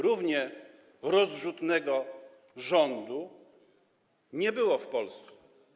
Równie rozrzutnego rządu nie było w Polsce.